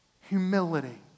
humility